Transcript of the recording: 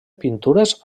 pintures